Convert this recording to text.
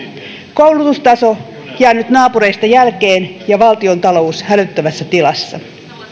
koulutustaso jäänyt naapureista jälkeen ja valtiontalous hälyttävässä tilassa